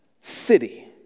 city